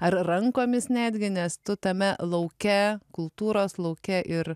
ar rankomis netgi nes tu tame lauke kultūros lauke ir